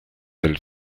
del